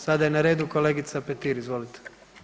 Sada je na redu kolegica Petir, izvolite.